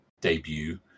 debut